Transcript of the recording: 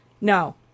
No